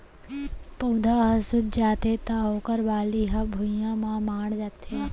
पउधा ह सूत जाथे त ओखर बाली ह भुइंया म माढ़ जाथे